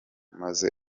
maze